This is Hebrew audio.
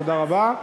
תודה רבה.